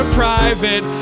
private